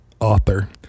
author